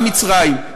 גם מצרים,